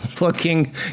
looking